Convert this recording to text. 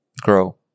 grow